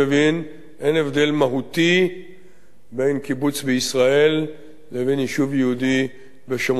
אין הבדל מהותי בין קיבוץ בישראל לבין יישוב יהודי בשומרון וביהודה.